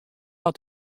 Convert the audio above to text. dat